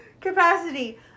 capacity